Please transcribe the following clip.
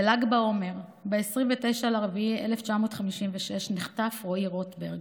בל"ג בעומר, ב-29 באפריל 1956, נחטף רועי רוטברג,